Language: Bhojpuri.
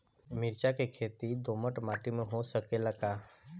मिर्चा के खेती दोमट माटी में हो सकेला का?